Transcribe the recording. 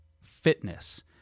fitness